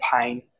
pain